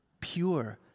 pure